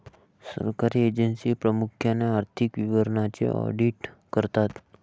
सरकारी एजन्सी प्रामुख्याने आर्थिक विवरणांचे ऑडिट करतात